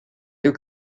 the